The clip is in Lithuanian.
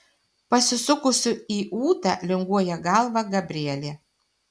pasisukusi į ūtą linguoja galvą gabrielė